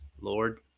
Lord